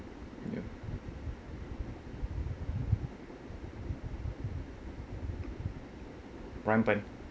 ya rampant